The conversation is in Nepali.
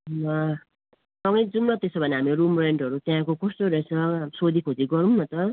ल सँगै जाउँ न त्यसो भने हामी रुम रेन्टहरू त्यहाँको कस्तो रहेछ सोधीखोजी गरौँ न त